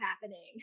happening